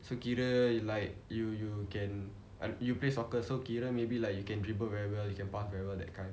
so kira like you you can you play soccer so kira maybe like you can dribble very well you can pass very well that kind